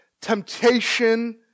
temptation